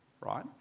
right